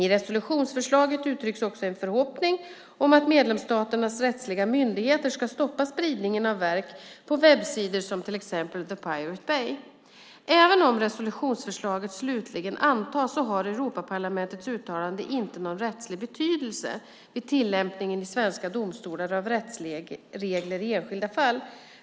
I resolutionsförslaget uttrycks också en förhoppning om att medlemsstaternas rättsliga myndigheter ska stoppa spridningen av verk på webbsidor som till exempel the Pirate Bay. Även om resolutionsförslaget slutligen antas, har Europaparlamentets uttalande inte någon rättslig betydelse vid tillämpningen i svenska domstolar av rättsregler i enskilda fall.